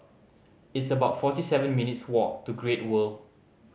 it's about forty seven minutes' walk to Great World